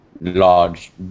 large